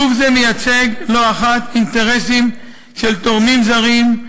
גוף זה מייצג לא אחת אינטרסים של תורמים זרים,